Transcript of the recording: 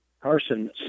Carson